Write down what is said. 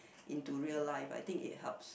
into real life I think it helps